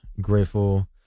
grateful